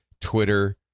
Twitter